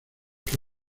que